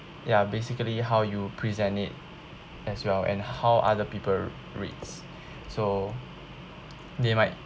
ya basically how you present it as well and how other people reads so they might